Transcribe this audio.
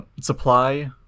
supply